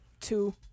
two